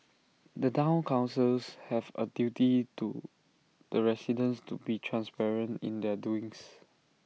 the Town councils have A duty to the residents to be transparent in their doings